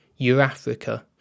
Eurafrica